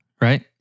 right